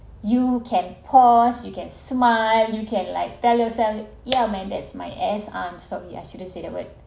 you can pause you get smile you can like tell yourself yeah my ass that's my ass I'm sorry I shouldn't say that word